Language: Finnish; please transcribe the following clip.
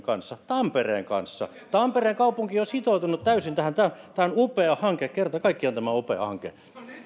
kanssa tampereen kanssa tampereen kaupunki on sitoutunut täysin tähän tämä tämä on upea hanke kerta kaikkiaan tämä on upea hanke